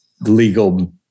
legal